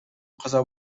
каза